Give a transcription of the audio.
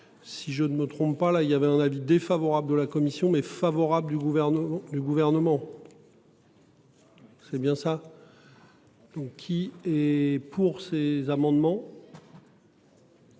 Si je ne me trompe pas, là il y avait un avis défavorable de la commission mais favorable du gouvernement, du gouvernement. C'est bien ça. Donc il est pour ces amendements.